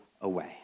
away